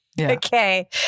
Okay